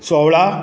सोवळा